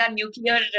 nuclear